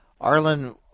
Arlen